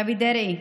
רבי דרעי,